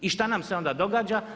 I šta nam se onda događa?